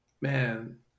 Man